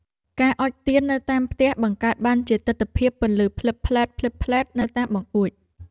ការអុជទៀននៅតាមផ្ទះ បង្កើតបានជាទិដ្ឋភាពពន្លឺភ្លឹបភ្លែតៗនៅតាមបង្អួច។